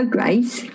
Grace